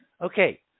Okay